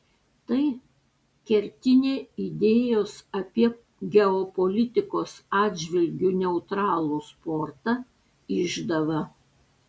tai kertinė idėjos apie geopolitikos atžvilgiu neutralų sportą išdava